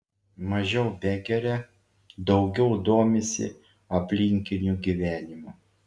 mažiau begeria daugiau domisi aplinkiniu gyvenimu